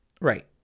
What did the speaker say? Right